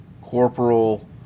corporal